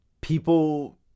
people